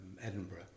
Edinburgh